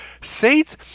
Saints